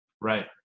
Right